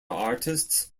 artists